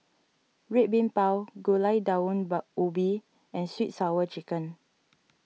Red Bean Bao Gulai Daun Ubi and Sweet Sour Chicken